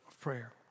prayer